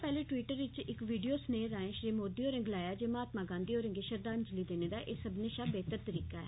पैहले ट्वीटर इच इक वीडियो स्नेहे राएं श्री मोदी होरें गलाया जे महात्मा गांधी होरें गी श्रद्धांजली देने दा एह् सब्बने शा बेहतर तरीका ऐ